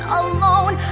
alone